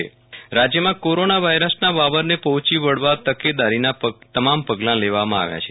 વિરલ રાણા વિધાનસભા રાજ્યમાં કોરોના વાયરસના વાવરને પહોંચી વળવા તકેદારીના તમામ પગલા લેવામાં આવ્યા છે